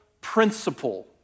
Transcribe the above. principle